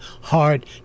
hard